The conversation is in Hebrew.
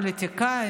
מפוליטיקאי,